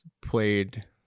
played